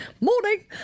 Morning